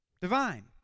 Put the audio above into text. Divine